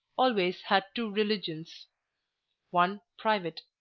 always had two religions one private,